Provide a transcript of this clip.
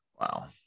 wow